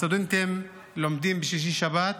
הסטודנטים לומדים בשישי-שבת.